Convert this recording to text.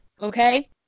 Okay